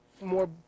more